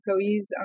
employees